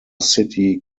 city